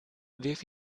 wirf